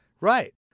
Right